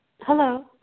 Hello